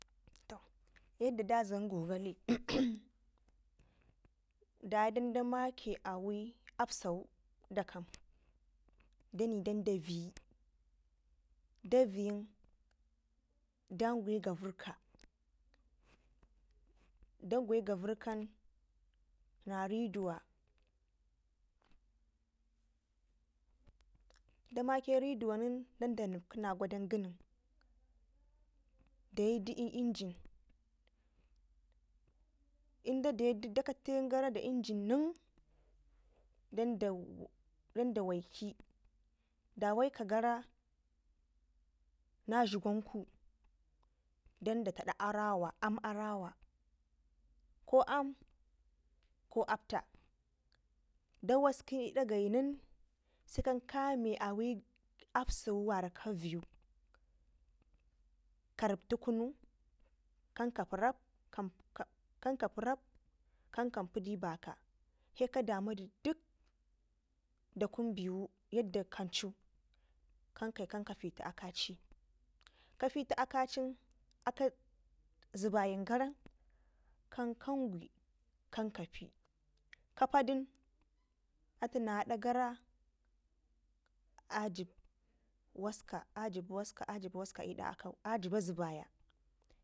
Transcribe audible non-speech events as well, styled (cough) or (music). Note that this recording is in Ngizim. To yadda dadlam gogale (noise) daya dan da makɘ awai absawu danai dan da viyyi da viyyin dangwai ga vɘrrka dangwe gavɘrrkan na na riduwa nen danda nipkɘ na gwadan gɘnin dayidu i'engine dadesu dakaten gara da engine nen danda danda wɘiki da wɘika garan na dlugwanku danda tadi arawa aam arawa ko aam ko apta da waskɘ i'dak gyayin sai kan kame absawu wara ka vɘyyu ka ripti kunu kanka pi rap kan kanka pi rap kapnpidi baka sai kadamu dik daku n bɘwu yadda kancu kan kayi kanka fiti akaci ka fit akacin aka zabayin gara kan kan gwi kank api kapaden atu nadagara a ajib waska ajib waska ajiba waska i'dak akau ajiba zabaya